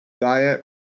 diet